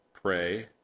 pray